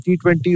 T20